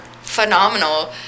phenomenal